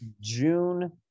June